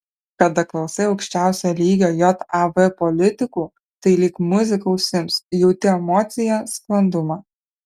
kada klausai aukščiausio lygio jav politikų tai lyg muzika ausims jauti emociją sklandumą